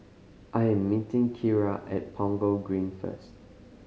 I am meeting Kira at Punggol Green first